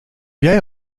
jij